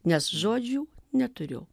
nes žodžių neturiu